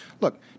look